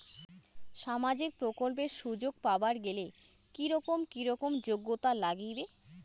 সামাজিক প্রকল্পের সুযোগ পাবার গেলে কি রকম কি রকম যোগ্যতা লাগিবে?